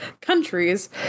countries